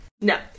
No